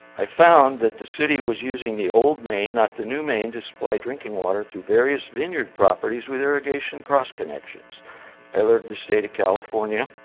i found that the city was using the old main not the new main to supply drinking water through various vineyard properties with irrigation cross connections i alerted the state of california